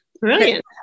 Brilliant